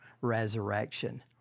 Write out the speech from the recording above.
resurrection